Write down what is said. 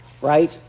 right